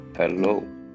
Hello